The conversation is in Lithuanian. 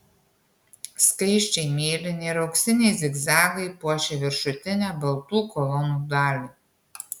skaisčiai mėlyni ir auksiniai zigzagai puošė viršutinę baltų kolonų dalį